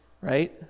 Right